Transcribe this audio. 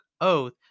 oath